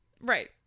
Right